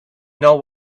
know